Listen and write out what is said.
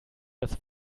das